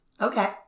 Okay